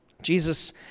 Jesus